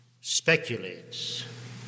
speculates